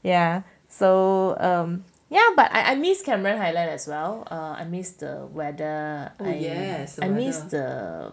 yeah so um yeah but I I miss cameron highland as well I miss the weather ah yes I miss the